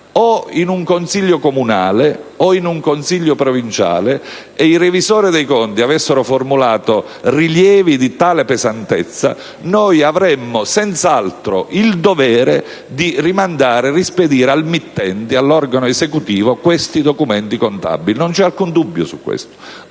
o in un consiglio comunale o in un consiglio provinciale e i revisori dei conti avessero formulato rilievi di tale pesantezza, noi avremmo senz'altro il dovere di rispedire al mittente, all'organo esecutivo, questi documenti contabili: non c'è alcun dubbio su questo.